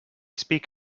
speak